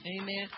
Amen